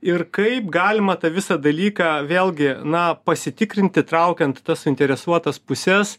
ir kaip galima tą visą dalyką vėlgi na pasitikrint įtraukiant tas suinteresuotas puses